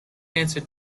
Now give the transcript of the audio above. answer